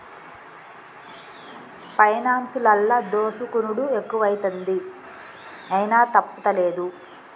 పైనాన్సులల్ల దోసుకునుడు ఎక్కువైతంది, అయినా తప్పుతలేదు